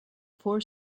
four